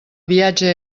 viatge